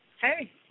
Hey